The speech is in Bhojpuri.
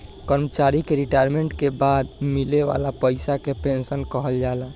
कर्मचारी के रिटायरमेंट के बाद मिले वाला पइसा के पेंशन कहल जाला